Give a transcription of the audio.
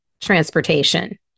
transportation